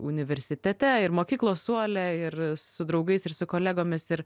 universitete ir mokyklos suole ir su draugais ir su kolegomis ir